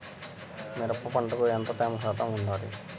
మిరప పంటకు ఎంత తేమ శాతం వుండాలి?